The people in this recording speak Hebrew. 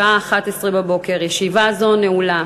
בשעה 11:00. ישיבה זו נעולה.